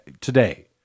today